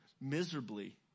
miserably